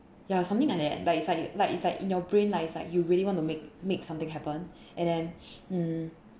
ya something like that but it's like like inside in your brain like that you really want to make make something happen and then mm